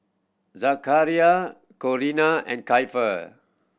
Zachariah Corinna and Keifer